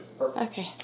Okay